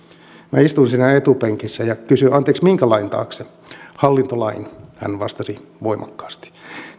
minä istuin siinä etupenkissä ja kysyin että anteeksi minkä lain taakse hallintolain hän vastasi voimakkaasti